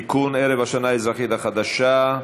(תיקון, ערב השנה האזרחית החדשה),